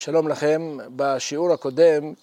שלום לכם בשיעור הקודם.